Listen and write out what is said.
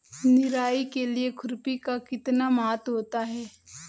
निराई के लिए खुरपी का कितना महत्व होता है?